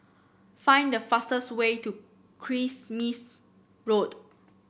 find the fastest way to Kismis Road